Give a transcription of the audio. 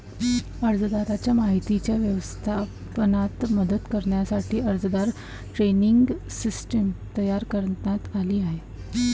अर्जदाराच्या माहितीच्या व्यवस्थापनात मदत करण्यासाठी अर्जदार ट्रॅकिंग सिस्टीम तयार करण्यात आली आहे